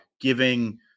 giving